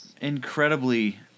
incredibly